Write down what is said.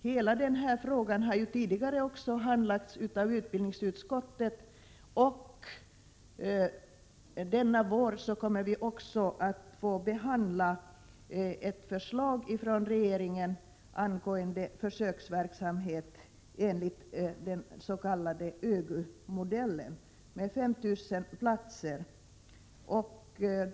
Hela den frågan har tidigare handlagts av utbildningsutskottet, och denna vår kommer vi också att få ta ställning till ett förslag från regeringen angående försöksverksamhet enligt den s.k. ÖGY-modellen med 5 000 platser.